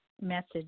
message